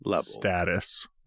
status